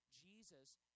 Jesus